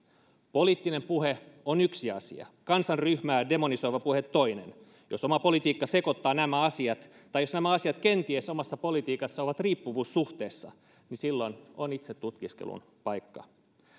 poliittinen puhe on yksi asia kansanryhmää demonisoiva puhe toinen jos oma politiikka sekoittaa nämä asiat tai jos nämä asiat kenties omassa politiikassa ovat riippuvuussuhteessa niin silloin on itsetutkiskelun paikka